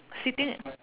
sitting